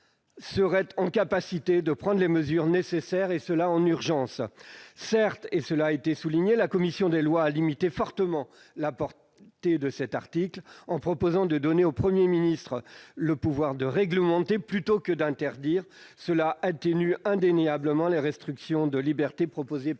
auraient la capacité de prendre les mesures nécessaires, et cela en urgence. Certes, cela a été souligné, la commission des lois a limité fortement la portée de cet article en proposant de donner au Premier ministre le pouvoir de réglementer, plutôt que d'interdire. Cela atténue indéniablement les restrictions de libertés proposées par le texte.